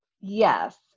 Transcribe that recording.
Yes